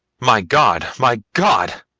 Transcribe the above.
my god! my god!